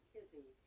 Kizzy